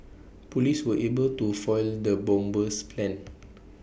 Police were able to foil the bomber's plans